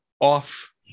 off